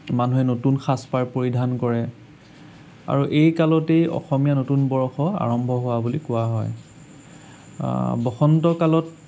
মানুহে নতুন সাজ পাৰ পৰিধান কৰে আৰু এই কালতেই অসমীয়া নতুন বৰ্ষ আৰম্ভ হোৱা বুলি কোৱা হয় বসন্ত কালত